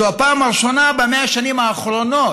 זו הפעם הראשונה ב-100 השנים האחרונות,